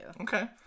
Okay